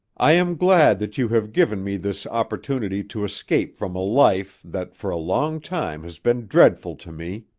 i am glad that you have given me this opportunity to escape from a life that for a long time has been dreadful to me.